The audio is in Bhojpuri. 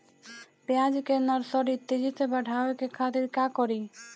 प्याज के नर्सरी तेजी से बढ़ावे के खातिर का करी?